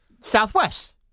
Southwest